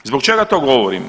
Zbog čega to govorim?